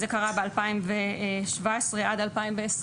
זה קרה ב- 2017 עד 2020,